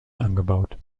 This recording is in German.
angebaut